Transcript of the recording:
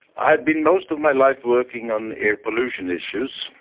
i've been most of my life working on air pollution issues,